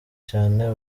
cyane